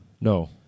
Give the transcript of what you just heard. No